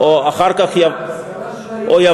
אני רוצה את זה אצלי, או אחר כך, לא.